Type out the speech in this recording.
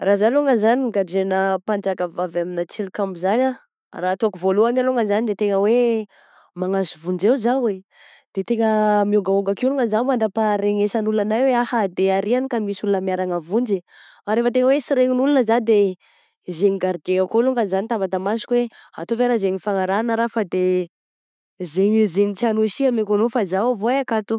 Raha zah longany zany no gadraina mpanjakavavy amina tilikambo izany ah, raha ataoko voalohany alongany izany de tegna hoe manantso vonjeo zaho eh, de tegna mihogahoga akeo alongany zah mandra-paharenesan'olona agna hoe ahah de ary agny ka misy olona miharagna vonjy, fa rehefa hoe tsy rehign'ny olona zaho de zegny gardien akao longany zany tambatambaziko hoe ataovy a raha zay hifagnarahana raha fa de zegny zegny tianao sy hameko anao fa zah avoay akato.